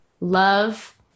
love